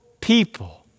people